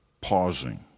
pausing